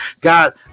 God